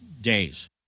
days